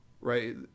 right